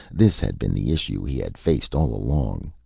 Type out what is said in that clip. this had been the issue he had faced all along.